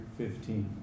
15